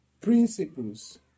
principles